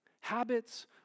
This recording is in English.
Habits